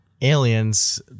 aliens